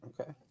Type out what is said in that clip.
Okay